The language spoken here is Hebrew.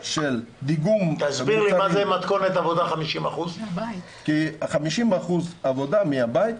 תסביר לי מה זו מתכונת עבודה 50%. 50% עבודה מהבית,